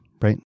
Right